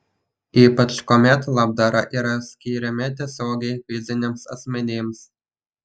ypač kuomet labdara yra skiriama tiesiogiai fiziniams asmenims